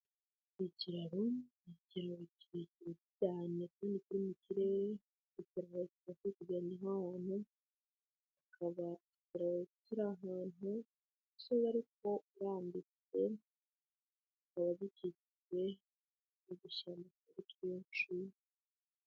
Ikiraro cyo mu kirere abantu bari kugenda.